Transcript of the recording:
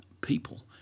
people